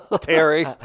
Terry